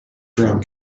drum